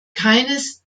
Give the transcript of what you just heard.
keines